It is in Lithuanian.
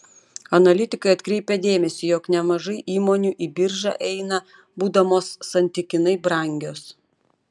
analitikai atkreipia dėmesį jog nemažai įmonių į biržą eina būdamos santykinai brangios